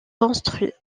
construits